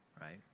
right